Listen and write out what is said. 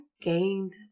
gained